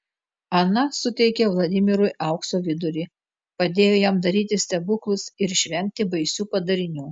ana suteikė vladimirui aukso vidurį padėjo jam daryti stebuklus ir išvengti baisių padarinių